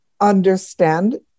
understand